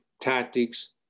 tactics